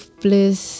bliss